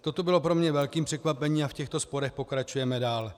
Toto bylo pro mě velkým překvapením a v těchto sporech pokračujeme dál.